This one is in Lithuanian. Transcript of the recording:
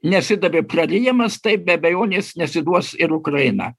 nesidavė prarijamas taip be abejonės nesiduos ir ukraina